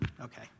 Okay